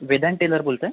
वेदांत टेलर बोलताय